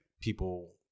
people